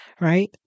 right